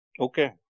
Okay